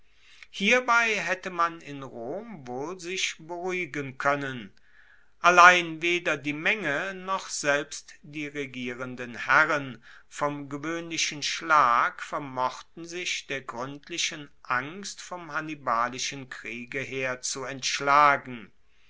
hierbei haette man in rom wohl sich beruhigen koennen allein weder die menge noch selbst die regierenden herren vom gewoehnlichen schlag vermochten sich der gruendlichen angst vom hannibalischen kriege her zu entschlagen